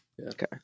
Okay